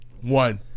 One